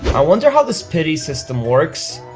i wonder how this pity system works.